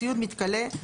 ציוד מתכלה,